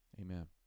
Amen